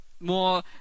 more